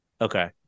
Okay